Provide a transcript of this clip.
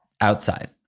outside